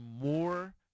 more